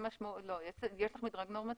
יש לך מדרג נורמטיבי.